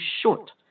short